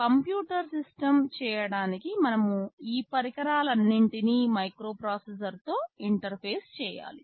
computer system చేయడానికి మనం ఈ పరికరాలన్నింటినీ మైక్రోప్రాసెసర్తో ఇంటర్ఫేస్ చేయాలి